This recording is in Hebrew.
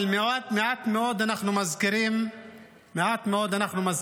אבל מעט מאוד אנחנו מזכירים אץ